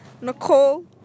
Nicole